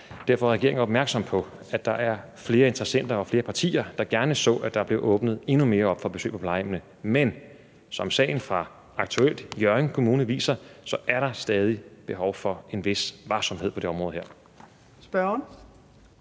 Derfor er regeringen opmærksom på, at der er flere interessenter og flere partier, der gerne så, at der blev åbnet endnu mere op for besøg på plejehjemmene. Men som sagen fra aktuelt Hjørring Kommune viser, er der stadig behov for en vis varsomhed på det område her.